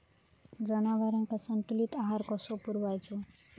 जनावरांका संतुलित आहार कसो पुरवायचो?